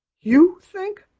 you think!